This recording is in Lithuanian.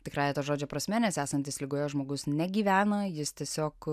tikrąja to žodžio prasme nes esantis ligoje žmogus negyvena jis tiesiog